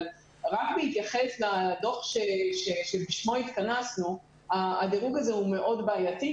אבל רק בהתייחס לדוח שלשמו התכנסנו הדירוג הזה מאוד בעייתי.